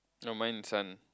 no mine this one